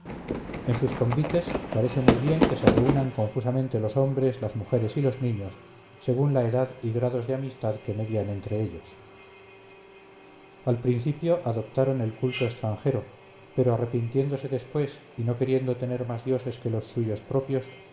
en sus convites parece muy bien que se reúnan confusamente los hombres las mujeres y los niños según la edad y grados de amistad que median entre ellos al principio adoptaron el culto extranjero pero arrepintiéndose después y no queriendo tener más dioses que los suyos propios